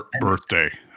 Birthday